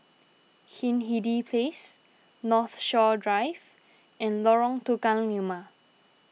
Hindhede Place Northshore Drive and Lorong Tukang Lima